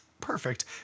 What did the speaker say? perfect